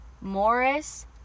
Morris